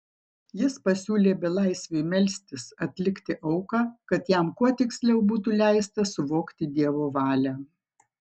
jis pasiūlė belaisviui melstis atlikti auką kad jam kuo tiksliau būtų leista suvokti dievo valią